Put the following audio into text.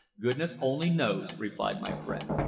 goodness only knows, replied my friend.